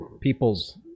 people's